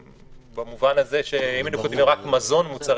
במובן הזה שאם היינו כותבים רק "מזון ומוצרי